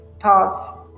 thoughts